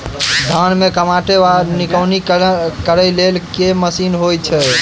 धान मे कमोट वा निकौनी करै लेल केँ मशीन होइ छै?